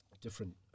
different